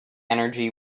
energy